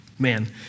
man